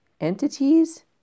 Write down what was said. entities